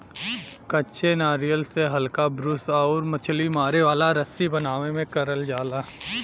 कच्चे नारियल से हल्का ब्रूस आउर मछरी मारे वाला रस्सी बनावे में करल जाला